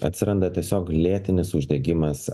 atsiranda tiesiog lėtinis uždegimas